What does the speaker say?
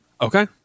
okay